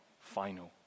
final